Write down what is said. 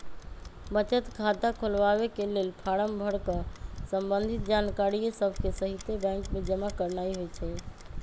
बचत खता खोलबाके लेल फारम भर कऽ संबंधित जानकारिय सभके सहिते बैंक में जमा करनाइ होइ छइ